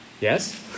Yes